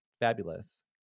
Fabulous